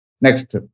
Next